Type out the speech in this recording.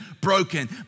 broken